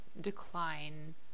decline